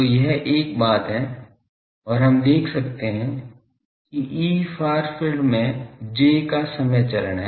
तो यह एक बात है और हम देख सकते हैं कि Efar field में j का समय चरण है